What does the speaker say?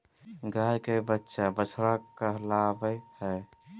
गाय के बच्चा बछड़ा कहलावय हय